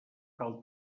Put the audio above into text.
cal